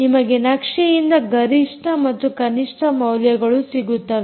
ನಿಮಗೆ ನಕ್ಷೆಯಿಂದ ಗರಿಷ್ಠ ಮತ್ತು ಕನಿಷ್ಠ ಮೌಲ್ಯಗಳು ಸಿಗುತ್ತವೆ